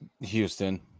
Houston